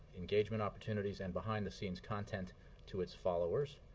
engagement opportunities and behind-the-scenes content to its followers.